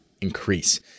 increase